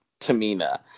Tamina